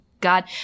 god